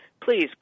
Please